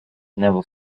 never